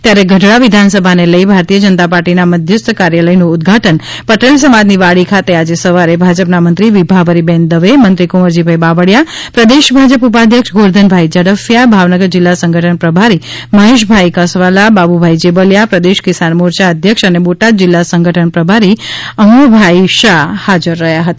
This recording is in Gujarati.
ત્યારેગઢડા વિધાનસભા ને લઈ ભારતીય જનતા પાર્ટીના મધ્યસ્થ કાર્યાલયનું ઉદઘાટન પટેલસમાજની વાડી ખાતે સવારે ભાજપના મંત્રી વિભાવરીબેન દવે મંત્રી કુવરજીભાઈ બાવળીયા પ્રદેશ ભાજપ ઉપાધ્યક્ષ ગોરધનભાઈ ઝડફિયા ભાવનગર જિલ્લા સંગઠન પ્રભારી મહેશભાઈ કસવાલા બાબુભાઈ જેબલિયા પ્રદેશ કિશાન મોરચા અધ્યક્ષ અને બોટાદ જિલ્લા સંગઠન પ્રભારી અમોહભાઈ શાહ હાજર રહ્યા હતા